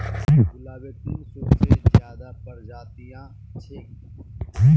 गुलाबेर तीन सौ से ज्यादा प्रजातियां छेक